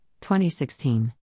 2016